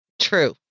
True